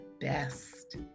best